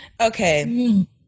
okay